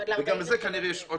כנראה עוד